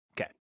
Okay